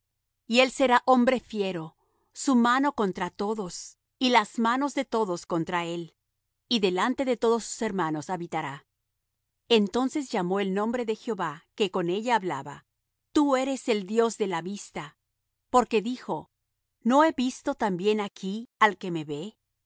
y él será hombre fiero su mano contra todos y las manos de todos contra él y delante de todos sus hermanos habitará entonces llamó el nombre de jehová que con ella hablaba tú eres el dios de la vista porque dijo no he visto también aquí al que me ve